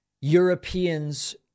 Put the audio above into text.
Europeans